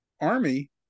army